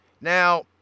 Now